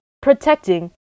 protecting